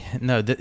No